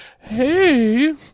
Hey